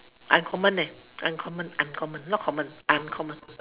uncommon uncommon uncommon not common uncommon